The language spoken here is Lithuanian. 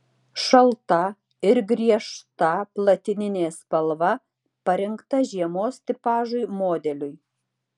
šalta ir griežta platininė spalva parinkta žiemos tipažui modeliui